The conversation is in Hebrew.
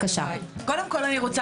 קודם כל,